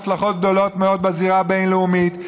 הצלחות גדולות מאוד בזירה הבין-לאומית,